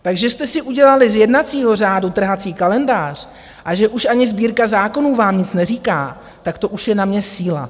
Takže jste si udělali z jednacího řádu trhací kalendář a že už ani Sbírka zákonů vám nic neříká, to už je na mě síla.